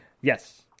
yes